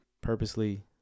purposely